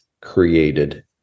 created